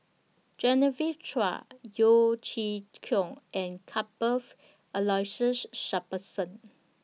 Genevieve Chua Yeo Chee Kiong and Cuthbert's Aloysius Shepherdson